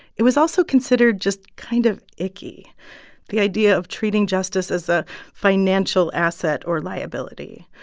it was also considered just kind of icky the idea of treating justice as a financial asset or liability.